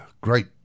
great